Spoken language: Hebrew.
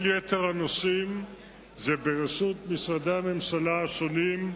כל יתר הנושאים הם ברשות משרדי הממשלה השונים,